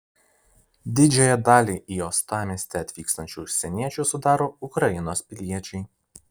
didžiąją dalį į uostamiestį atvykstančių užsieniečių sudaro ukrainos piliečiai